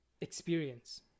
experience